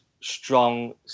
strong